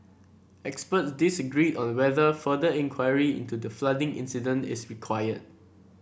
experts disagreed on whether further inquiry into the flooding incident is required